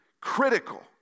critical